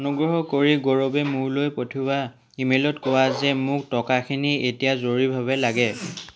অনুগ্ৰহ কৰি গৌৰৱে মোলৈ পঠিওৱা ইমেইলত কোৱা যে মোক টকাখিনি এতিয়া জৰুৰীভাৱে লাগে